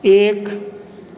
एक